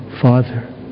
Father